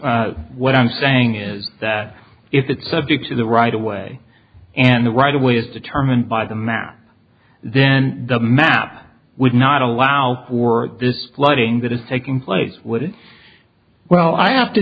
perhaps what i'm saying is that if it's subject to the right away and the right of way is determined by the map then the map would not allow for this flooding that is taking place with it well i have to